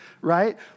right